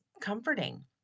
comforting